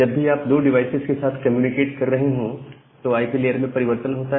जब भी आप दो डिवाइसेज के साथ कम्युनिकेट कर रहे हैं तो आईपी लेयर में परिवर्तन होता है